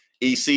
EC